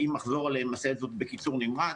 ואם אחזור עליהם אעשה זאת בקיצור נמרץ.